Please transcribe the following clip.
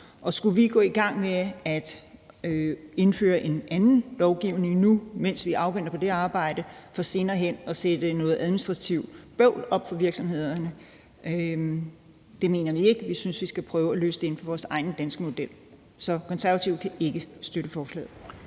skulle vi gå i gang med at indføre en anden lovgivning nu, mens vi afventer det arbejde for senere hen at sætte noget administrativ bøvl op for virksomhederne? Det mener vi ikke. Vi synes, vi skal prøve at løse det inden for vores egen danske model. Konservative kan ikke støtte forslaget.